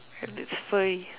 and it's furry